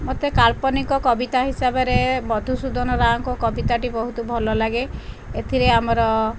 ମୋତେ କାଳ୍ପନିକ କବିତା ହିସାବରେ ମଧୁସୂଦନ ରାଓଙ୍କ କବିତାଟି ବହୁତ ଭଲ ଲାଗେ ଏଥିରେ ଆମର